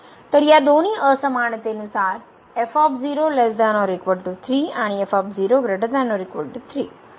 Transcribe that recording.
तर या दोन्ही असमानता नुसार येथे आणि